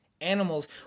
animals